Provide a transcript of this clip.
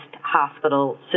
hospital